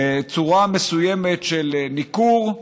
בצורה מסוימת של ניכור,